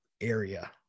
area